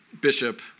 bishop